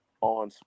on